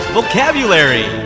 Vocabulary